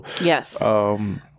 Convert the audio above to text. Yes